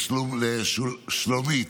לשלומית,